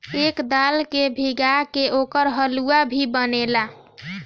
एकर दाल के भीगा के ओकर हलुआ भी बनेला